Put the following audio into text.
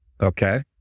okay